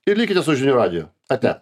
ir likite su žinių radiju ate